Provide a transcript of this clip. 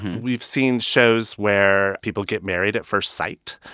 we've seen shows where people get married at first sight.